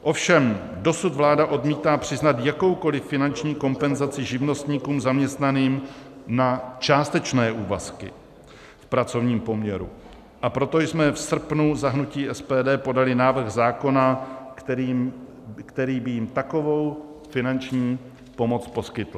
Ovšem dosud vláda odmítá přiznat jakoukoli finanční kompenzaci živnostníkům zaměstnaným na částečné úvazky v pracovním poměru, a proto jsme v srpnu za hnutí SPD podali návrh zákona, který by jim takovou finanční pomoc poskytl.